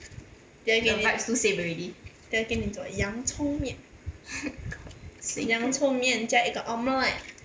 等下给你等下给你做洋葱面是洋葱面加一个 omelette